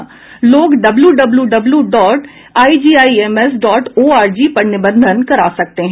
लोग W W W W dot IGIMS dot ORG पर निबंधन करा सकते हैं